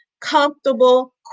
comfortable